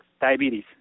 diabetes